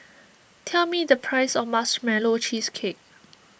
tell me the price of Marshmallow Cheesecake